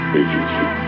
agency